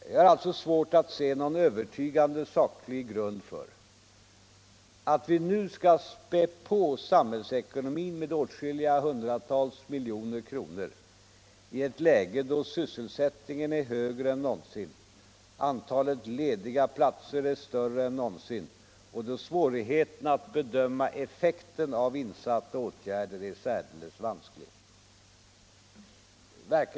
Jag har alltså svårt att se någon övertygande saklig grund för att vi skall späda på samhällsekonomin med åtskilliga hundratals miljoner kronor i ett läge då sysselsättningen är högre än någonsin, då antalet lediga platser är större än någonsin och då svårigheten att bedöma effekten av insatta åtgärder är särdeles stor.